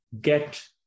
get